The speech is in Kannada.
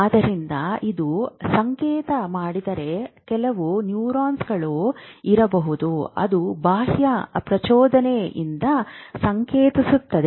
ಆದ್ದರಿಂದ ಇದು ಸಂಕೇತ ಮಾಡಿದರೆ ಕೆಲವು ನ್ಯೂರಾನ್ಗಳು ಇರಬಹುದು ಅದು ಬಾಹ್ಯ ಪ್ರಚೋದನೆಯಿಂದ ಸಂಕೇತಿಸುತ್ತದೆ